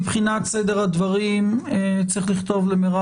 מבחינת סדר הדברים צריך לכתוב "למרב